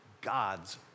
God's